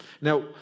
Now